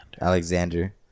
alexander